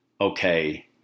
okay